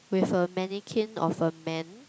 with a mannequin of a man